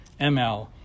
ML